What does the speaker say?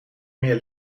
meer